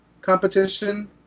competition